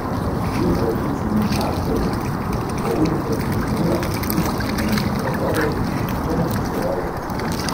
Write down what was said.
į tradicinį aktorių boulingo turnyrą kviesti miesto vadovai čia nepasirodė